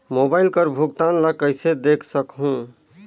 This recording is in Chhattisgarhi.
मोबाइल कर भुगतान ला कइसे देख सकहुं?